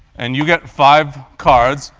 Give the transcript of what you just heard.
and you get five cards.